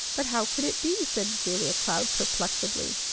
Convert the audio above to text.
but how could it be? said julia cloud perplexedly.